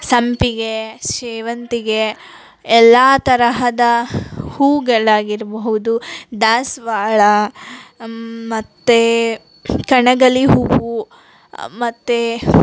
ಸಂಪಿಗೆ ಶೇವಂತಿಗೆ ಎಲ್ಲ ತರಹದ ಹೂಗಳಾಗಿರಬಹುದು ದಾಸವಾಳ ಮತ್ತು ಕಣಗಲೆ ಹೂವು ಮತ್ತು